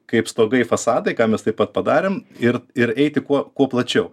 kaip stogai fasadai ką mes taip pat padarėme ir ir eiti kuo kuo plačiau